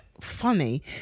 funny